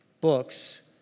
books